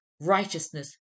righteousness